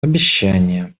обещание